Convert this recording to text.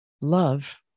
love